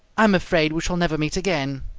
i am afraid we shall never meet again